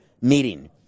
meeting